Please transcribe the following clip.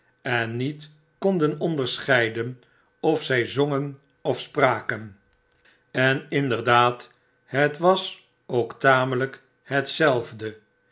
en niet konden onderscheiden of zg zongen of spraken en inderdaad het was ook tamelijk hetzelfde